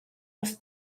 wrth